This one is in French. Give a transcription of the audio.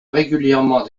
régulièrement